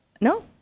no